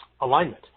alignment